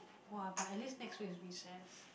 [wah] but at least next week is recess